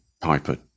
Piper